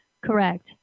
Correct